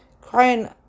crying